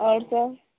आओर सब